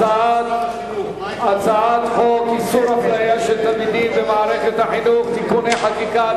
הצעת חוק איסור הפליה של תלמידים במערכת החינוך (תיקוני חקיקה),